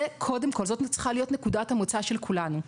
זו צריכת להיות נקודת המוצא של כולנו.